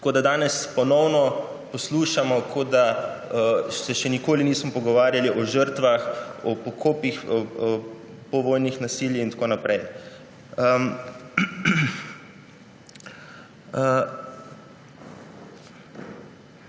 – danes ponovno poslušamo, kot da se še nikoli nismo pogovarjali o žrtvah, o pokopih, povojnem nasilju in tako naprej.